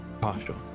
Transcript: Partial